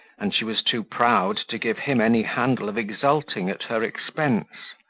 and she was too proud to give him any handle of exulting at her expense.